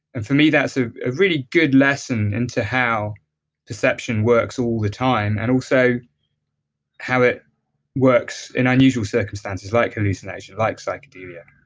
and for me, that's a really good lesson into how perception works all the time. and also how it works in unusual circumstances like hallucination, like psychedelia